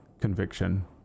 conviction